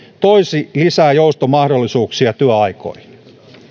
toisivat lisää joustomahdollisuuksia työaikoihin